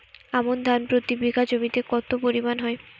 আমন ধান প্রতি বিঘা জমিতে কতো পরিমাণ হয়?